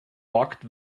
rocked